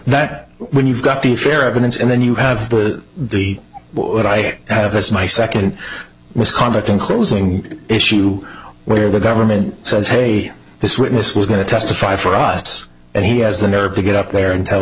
that when you've got the fair evidence and then you have the what i have is my second misconduct inclosing issue where the government says hey this witness was going to testify for us and he has the nerve to get up there and tell